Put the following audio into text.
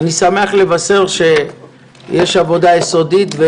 אני שמח לבשר שיש עבודה יסודית,